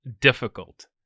difficult